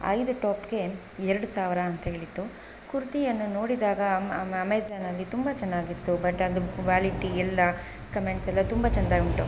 ಐದು ಟಾಪ್ಗೆ ಎರಡು ಸಾವಿರ ಅಂತಹೇಳಿತ್ತು ಕುರ್ತಿಯನ್ನು ನೋಡಿದಾಗ ಅಮ್ ಅಮ್ ಅಮೆಝಾನಲ್ಲಿ ತುಂಬ ಚೆನ್ನಾಗಿತ್ತು ಬಟ್ ಅದು ಕ್ವಾಲಿಟಿ ಎಲ್ಲ ಕಮೆಂಟ್ಸ್ ಎಲ್ಲ ತುಂಬ ಚಂದ ಉಂಟು